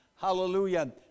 Hallelujah